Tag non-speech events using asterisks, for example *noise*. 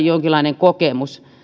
*unintelligible* jonkinlainen kokemus